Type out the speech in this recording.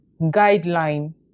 guideline